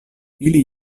ili